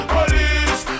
Police